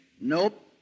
Nope